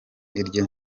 iryo